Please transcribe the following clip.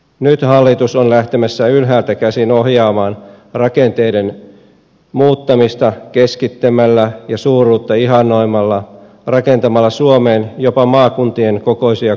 nyt hallitus on lähtemässä ylhäältä käsin ohjaamaan rakenteiden muuttamista keskittämällä ja suuruutta ihannoimalla rakentamalla suomeen jopa maakuntien kokoisia kuntia